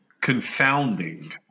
confounding